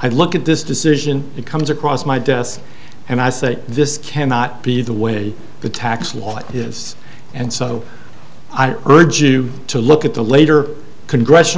i look at this decision it comes across my desk and i say this cannot be the way the tax law is and so i urge you to look at the later congressional